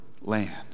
land